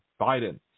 Biden